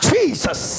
Jesus